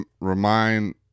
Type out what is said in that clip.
remind